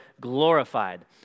glorified